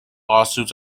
lawsuits